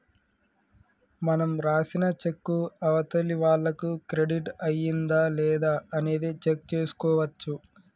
మనం రాసిన చెక్కు అవతలి వాళ్లకు క్రెడిట్ అయ్యిందా లేదా అనేది చెక్ చేసుకోవచ్చు